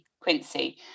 Quincy